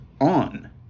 on